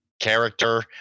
character